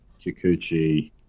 Kikuchi